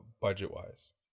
budget-wise